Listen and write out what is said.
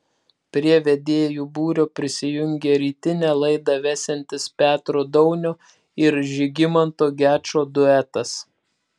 prie vedėjų būrio prisijungė rytinę laidą vesiantis petro daunio ir žygimanto gečo duetas